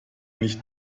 nicht